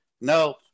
nope